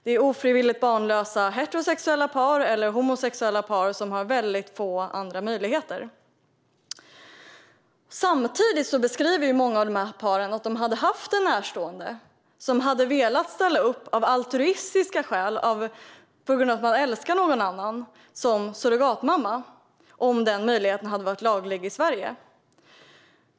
Det handlar om ofrivilligt barnlösa heterosexuella eller homosexuella par som har väldigt få andra möjligheter. Samtidigt säger många av dessa par att de har en närstående som av altruistiska skäl - på grund av att denna närstående älskar någon - hade velat ställa upp som surrogatmamma om denna möjlighet hade varit laglig i Sverige.